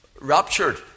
raptured